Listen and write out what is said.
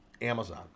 Amazon